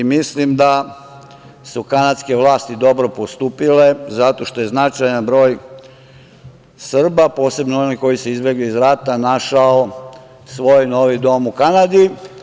Mislim da su kanadske vlasti dobro postupile, zato što je značajan broj Srba, posebno onih koji su izbegli iz rata, našao svoj novi dom u Kanadi.